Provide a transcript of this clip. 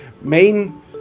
main